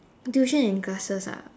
tuition and classes ah